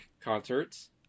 concerts